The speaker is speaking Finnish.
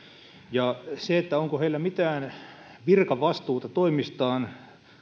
ja siitä onko heillä mitään virkavastuuta toimistaan